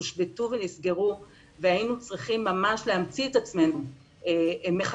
הושבתו ונסגרו והיינו צריכים ממש להמציא את עצמנו מחדש